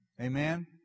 Amen